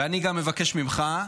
ואני גם מבקש ממך,